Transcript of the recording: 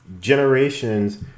generations